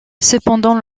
cependant